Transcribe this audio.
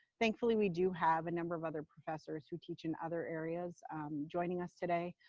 thankfully, we do have a number of other professors who teach in other areas joining us today.